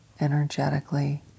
energetically